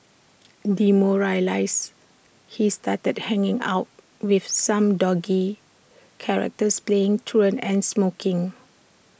demoralised he started hanging out with some dodgy characters playing truant and smoking